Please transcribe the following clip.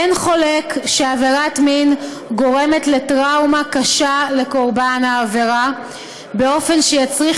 אין חולק שעבירת מין גורמת לטראומה קשה לקורבן העבירה באופן שיצריך